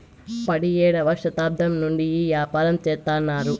పడియేడవ శతాబ్దం నుండి ఈ యాపారం చెత్తన్నారు